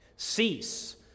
Cease